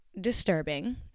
disturbing